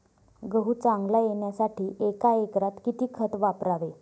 गहू चांगला येण्यासाठी एका एकरात किती खत वापरावे?